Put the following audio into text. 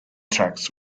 tracks